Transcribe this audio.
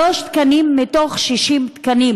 שלושה תקנים מתוך 60 תקנים